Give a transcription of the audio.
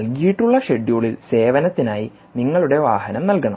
നൽകിയിട്ടുള്ള ഷെഡ്യൂളിൽ സേവനത്തിനായി നിങ്ങളുടെ വാഹനം നൽകണം